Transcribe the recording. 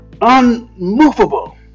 Unmovable